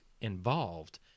involved